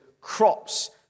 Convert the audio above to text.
crops